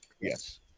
Yes